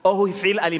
או הפעיל אלימות.